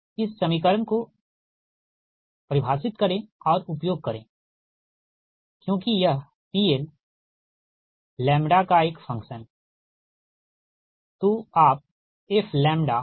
इस समीकरण को आप परिभाषित करें और उपयोग करें क्योंकि यह PL का एक फंक्शन है ठीक